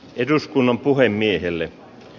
eduskunnan puhemiehelle